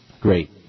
Great